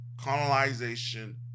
colonization